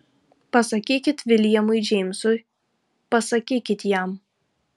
pasakykit viljamui džeimsui pasakykit jam